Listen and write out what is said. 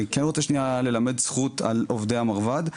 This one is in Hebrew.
אני כן רוצה שנייה ללמד זכות על עובדי המרב"ד.